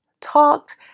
talked